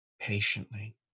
patiently